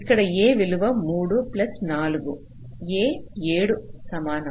ఇక్కడ A విలువ 3 plus 4 A 7 కి సమానం